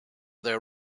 their